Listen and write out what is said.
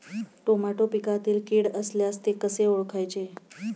Tomato पिकातील कीड असल्यास ते कसे ओळखायचे?